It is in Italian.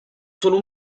solo